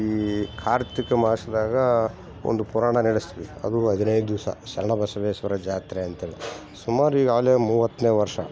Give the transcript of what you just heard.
ಈ ಕಾರ್ತಿಕ ಮಾಸದಾಗ ಒಂದು ಪುರಾಣ ನಡೆಸ್ತೀವಿ ಅದೂ ಹದಿನೈದು ದಿವಸ ಶರಣ ಬಸವೇಶ್ವರ ಜಾತ್ರೆ ಅಂತೇಳಿ ಸುಮಾರು ಈಗಾಲೇ ಮೂವತ್ತನೇ ವರ್ಷ